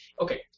okay